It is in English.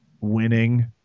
winning